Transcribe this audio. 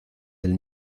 del